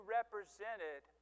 represented